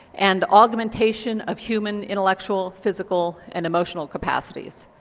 and augmentation of human intellectual, physical and emotional capacities.